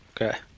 Okay